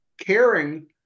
caring